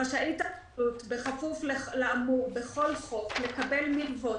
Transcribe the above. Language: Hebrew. "רשאית הרשות, בכפוף לאמור בכל חוק, לקבל מילוות,